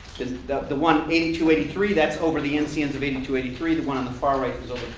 the the one eighty two eighty three that's over the ncns of eighty two eighty three, the one on the far right